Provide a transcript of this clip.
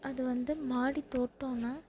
அது வந்து மாடி தோட்டோம்னா